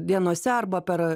dienose arba per